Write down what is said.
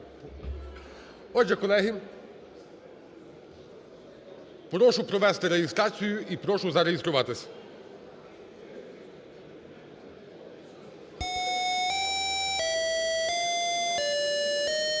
Отже, колеги, прошу провести реєстрацію і прошу зареєструватись. 10:05:20